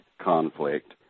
conflict